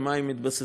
על מה הם מתבססים.